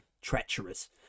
treacherous